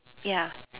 ya